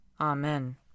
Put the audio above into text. Amen